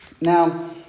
Now